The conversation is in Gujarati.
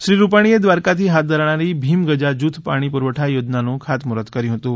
શ્રી રૂપાણીએ દ્વારકાથી હાથ ધરાનારી ભીમગજા જૂથ પાણી પુરવઠા યોજનાનું ખાતમુહૂર્ત કર્યું હતું